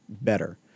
better